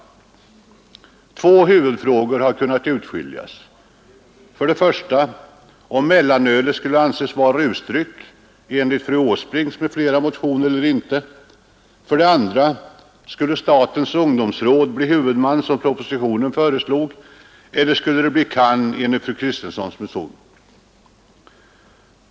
Två huvudfrågor har kunnat utskiljas: för det första om mellanölet skulle anses vara rusdryck, enligt fru Åsbrinks m.fl. motion, eller icke, och för det andra om statens ungdomsråd skulle bli huvudman, som propositionen föreslog, eller CAN enligt fru Kristenssons motion.